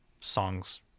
songs